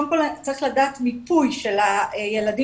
קודם כל צריך לדעת את המיפוי של הילדים